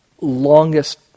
longest